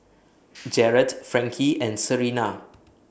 Jaret Frankie and Serina